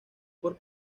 por